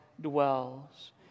dwells